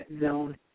Zone